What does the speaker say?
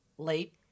late